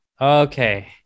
Okay